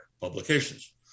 publications